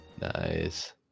Nice